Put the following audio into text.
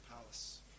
palace